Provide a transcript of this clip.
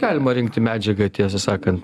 galima rinkti medžiagą tiesą sakant